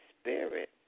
spirit